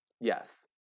Yes